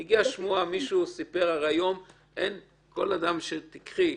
הרי היום כל אדם שתיקחי,